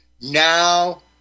now